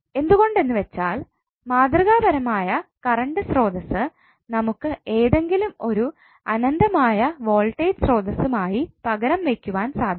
എന്തുകൊണ്ട് എന്നുവെച്ചാൽ മാതൃകാപരമായ കറണ്ട് സ്രോതസ്സ് നമുക്ക് എന്തെങ്കിലും ഒരു അനന്തമായ വോൾട്ടേജ് സ്രോതസ്സും ആയി പകരം വെക്കുവാൻ സാധ്യമല്ല